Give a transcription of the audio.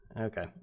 Okay